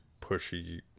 pushy